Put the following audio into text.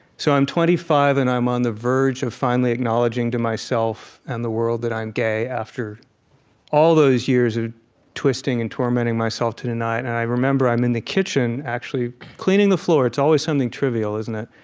so i'm twenty five, and i'm on the verge of finally acknowledging to myself and the world that i'm gay, after all those years of twisting and tormenting myself to deny it. and i remember i'm in the kitchen, actually, cleaning the floor. it's always something trivial, isn't it?